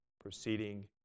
proceeding